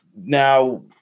now